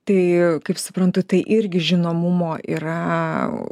tai kaip suprantu tai irgi žinomumo yra